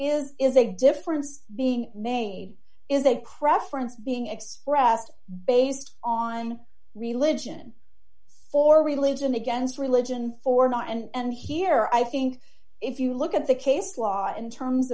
is is a difference being made is a craft friends being expressed based on religion for religion against religion for not and here i think if you look at the case law in terms